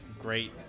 great